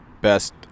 best